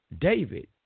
David